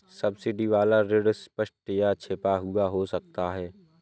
subsidy वाला ऋण स्पष्ट या छिपा हुआ हो सकता है